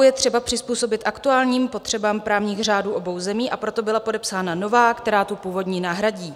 Smlouvu je třeba přizpůsobit aktuálním potřebám právních řádů obou zemí, a proto byla podepsána nová, která tu původní nahradí.